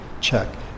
check